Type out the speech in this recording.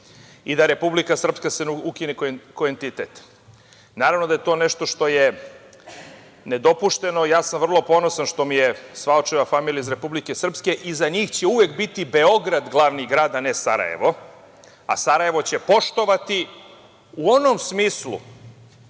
i da Republika Srpska ukine ko entitet. Naravno da je to nešto što je nedopušteno. Ja sam vrlo ponosan što mi je sva očeva familija iz Republike Srpske i za njih će uvek biti Beograd glavni grad, a neSarajevo, a Sarajevo će poštovati u onom smislu